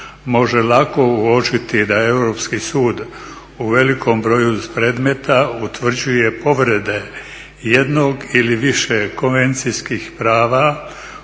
može lako uopćiti da Europski sud u velikom broju predmeta utvrđuje povrede jednog ili više konvencijskih prava